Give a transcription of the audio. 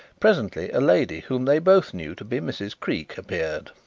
presently a lady whom they both knew to be mrs. creake appeared.